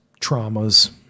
traumas